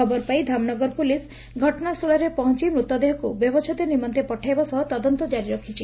ଖବର ପାଇ ଧାମନଗର ପୁଲିସ ଘଟଣାସ୍ତ୍ରଳରେ ପହଞ୍ ମୂତଦେହକୁ ବ୍ୟବଛେଦ ନିମନ୍ତେ ପଠାଇବା ସହ ତଦନ୍ତ ଜାରି ରଖ୍ଛି